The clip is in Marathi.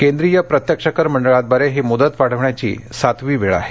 केंद्रीय प्रत्यक्ष कर मंडळाद्वारे ही मुद्दत वाढविण्याची सातवी वेळ आहे